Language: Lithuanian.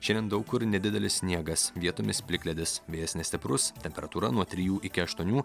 šiandien daug kur nedidelis sniegas vietomis plikledis vėjas nestiprus temperatūra nuo trijų iki aštuonių